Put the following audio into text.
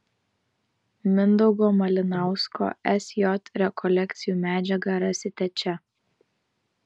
mindaugo malinausko sj rekolekcijų medžiagą rasite čia